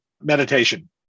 meditation